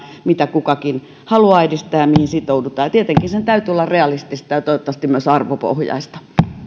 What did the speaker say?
mitä kukakin haluaa edistää ja mihin sitoudutaan tietenkin sen täytyy olla realistista ja toivottavasti myös arvopohjaista